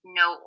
no